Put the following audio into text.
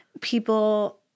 people